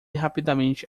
rapidamente